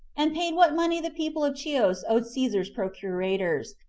and paid what money the people of chius owed caesar's procurators,